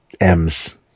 M's